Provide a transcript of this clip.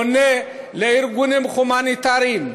פונה לארגונים הומניטריים,